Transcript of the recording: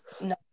No